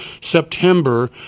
September